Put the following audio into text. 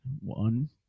One